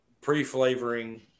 pre-flavoring